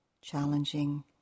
challenging